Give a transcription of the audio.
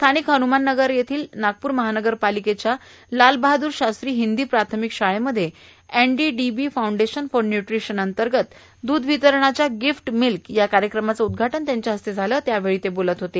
स्थानिक हन्रमान नगर येथील नागपूर महानगरपालिकेच्या लाल बहादूर शास्त्री हिंदी प्राथमिक शाळेमध्ये एनडीडीबी फाऊंडेशन फॉर न्युट्रिशन अंतर्गत दूध वितरणाच्या गिफ्ट मिल्क या कार्यकमाचे उद्घाटन त्यांच्या हस्ते झाले त्यावेळी ते बोलत होते